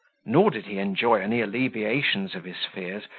nor did he enjoy any alleviations of his fears,